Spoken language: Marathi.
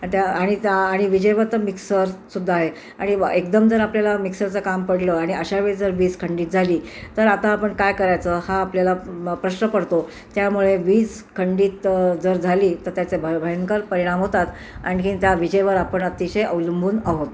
आणि त्या आणि विजेवर तर मिक्सरसुद्धा आहे आणि एकदम जर आपल्याला मिक्सरचं काम पडलं आणि अशा वेळेस जर वीज खंडित झाली तर आता आपण काय करायचं हा आपल्याला प्रश्न पडतो त्यामुळे वीज खंडित जर झाली तर त्याचे भ भयंकर परिणाम होतात आणखीन त्या विजेवर आपण अतिशय अवलंबून आहोत